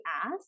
ask